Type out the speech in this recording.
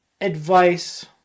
advice